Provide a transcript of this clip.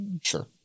Sure